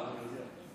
תיק-תיק.